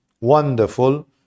wonderful